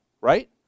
right